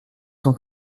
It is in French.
sont